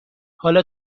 حالا